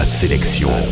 Sélection